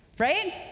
Right